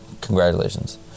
congratulations